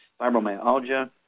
fibromyalgia